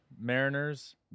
mariners